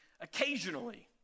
occasionally